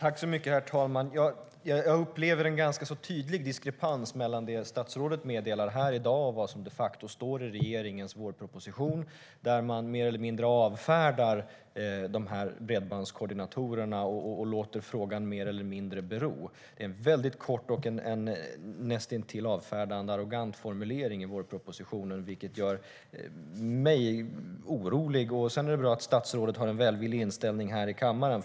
Herr talman! Jag upplever en tydlig diskrepans mellan vad statsrådet meddelar i dag och vad som de facto står i regeringens vårproposition. Där avfärdar man mer eller mindre bredbandskoordinatorerna och låter frågan mer eller mindre bero. Det är en kort och näst intill avfärdande arrogant formulering i vårpropositionen, vilket gör mig orolig. Sedan är det bra att statsrådet har en välvillig inställning i kammaren.